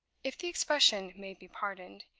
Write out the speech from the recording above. if the expression may be pardoned,